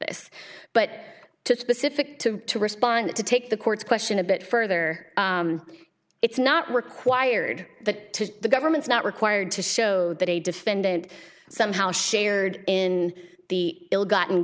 this but to specific to to respond to take the court's question a bit further it's not required that the government's not required to show that a defendant somehow shared in the ill gotten